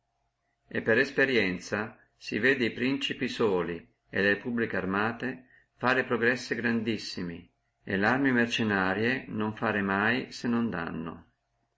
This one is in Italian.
e per esperienzia si vede a principi soli e repubbliche armate fare progressi grandissimi et alle arme mercennarie non fare mai se non danno